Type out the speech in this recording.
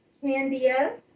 Candia